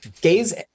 gays